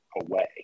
away